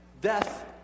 death